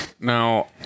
now